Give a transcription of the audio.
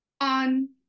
on